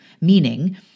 meaning